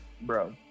bro